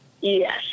Yes